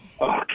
Okay